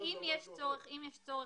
אם יש צורך,